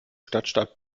stadtstaat